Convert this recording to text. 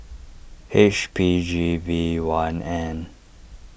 H P G V one N